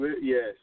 Yes